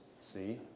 see